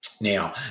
Now